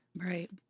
right